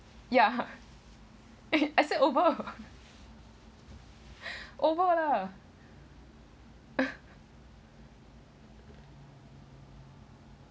ya eh I said over over lah